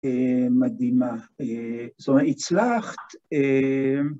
מדהימה. זאת אומרת, הצלחת